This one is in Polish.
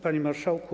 Panie Marszałku!